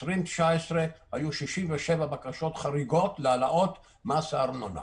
ב-2019 היו 67 בקשות חריגות להעלאות מס הארנונה,